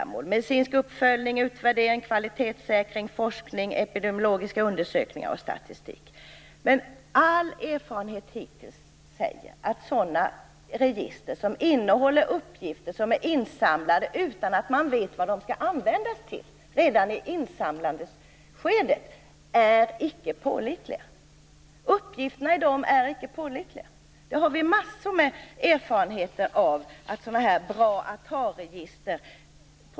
Det handlar om medicinsk uppföljning, utvärdering, kvalitetssäkring, forskning epidemiologiska undersökningar och statistik. Men all erfarenhet hittills säger att register som innehåller uppgifter som är insamlade utan att man redan i insamlingsskedet vet vad de skall användas till, inte är pålitliga. Uppgifterna i dem är inte pålitliga. Vi har massor av erfarenheter av det.